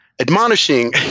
admonishing